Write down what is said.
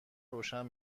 روشن